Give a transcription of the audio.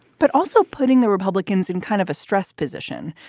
but also putting the republicans in kind of a stress position.